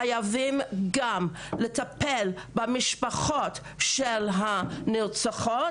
חייבים גם לטפל במשפחות של הנרצחות,